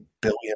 billion